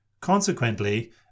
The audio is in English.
Consequently